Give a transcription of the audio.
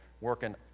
working